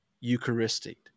Eucharistic